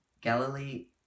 Galilee